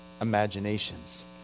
imaginations